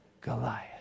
Goliath